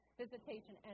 visitation